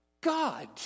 God